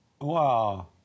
Wow